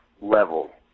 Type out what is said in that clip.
level